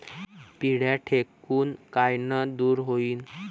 पिढ्या ढेकूण कायनं दूर होईन?